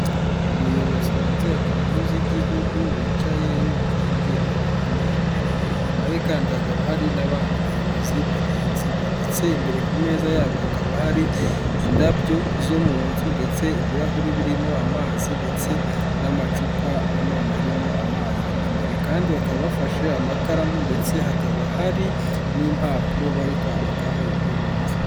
Umuyobozi mu nzego nkuru z'igihugu, wicaye yumva imbwirwaruhamwe imbere ye. Inyuma ye kandi hakaba hari abayobozi bagenzi be. Ndetse imbere ku meza yabo hakaba hari indabyo zo mu nzu, ndetse ibirahuri birimo amazi, ndetse n'amacupa nanone arimo amazi. Imbere kandi bakaba bafashe amakaramu, ndetse hakaba hari n'impapuro bakaba bari kwandikaho ibyo bumva.